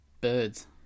birds